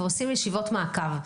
ועושים ישיבות מעקב.